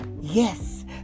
Yes